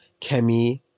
Kemi